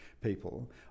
people